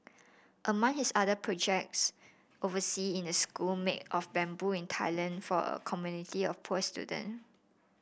among his other projects oversea in a school made of bamboo in Thailand for a community of poor student